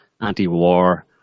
anti-war